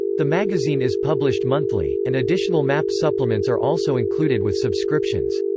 the magazine is published monthly, and additional map supplements are also included with subscriptions.